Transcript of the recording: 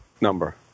number